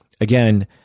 again